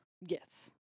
Yes